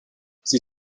sie